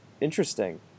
interesting